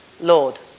Lord